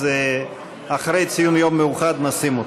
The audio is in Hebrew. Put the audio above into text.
אז אחרי ציון יום מיוחד נשים אותו.